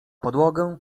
podłogę